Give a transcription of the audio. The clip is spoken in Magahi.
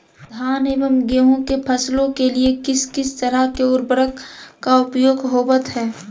धान एवं गेहूं के फसलों के लिए किस किस तरह के उर्वरक का उपयोग होवत है?